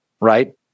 right